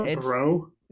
bro